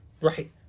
Right